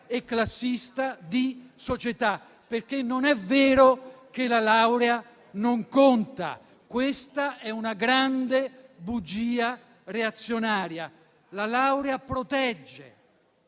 e classista di società. Non è vero che la laurea non conta, questa è una grande bugia reazionaria. La laurea protegge